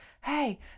Hey